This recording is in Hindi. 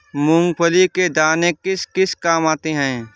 मूंगफली के दाने किस किस काम आते हैं?